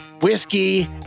whiskey